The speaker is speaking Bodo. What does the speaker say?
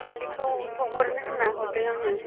बेखौ सोंहरनो होन्ना हरदों आङो